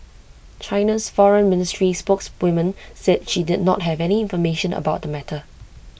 China's Foreign Ministry spokeswoman said she did not have any information about the matter